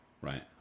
Right